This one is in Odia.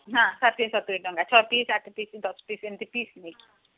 ହଁ ଷାଠିଏ ସତୁରି ଟଙ୍କା ଛଅ ପିସ୍ ଆଠ ପିସ୍ ଦଶ ପିସ୍ ଏମିତି ପିସ୍ ନେଇକି